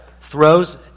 throws